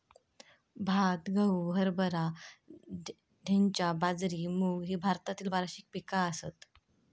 भात, गहू, हरभरा, धैंचा, बाजरी, मूग ही भारतातली वार्षिक पिका आसत